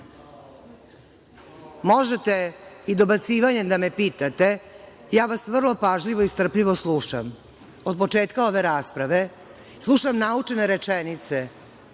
vi?)Možete i dobacivanjem da me pitate, ja vas vrlo pažljivo i strpljivo slušam, od početka ove rasprave slušam naučene rečenice